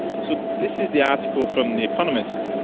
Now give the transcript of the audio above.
so this is the article from the economist's